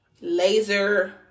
laser